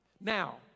now